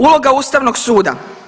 Uloga Ustavnog suda.